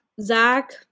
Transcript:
zach